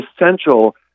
essential